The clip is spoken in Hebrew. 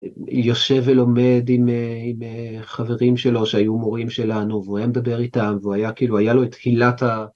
יושב ולומד עם חברים שלו שהיו מורים שלנו והוא היה מדבר איתם והיה כאילו, היה לו את הילת ה..